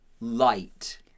light